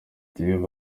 diouf